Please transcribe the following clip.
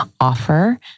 offer